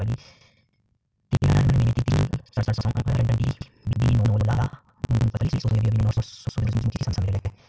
तिलहन में तिल सरसों अरंडी बिनौला मूँगफली सोयाबीन और सूरजमुखी शामिल है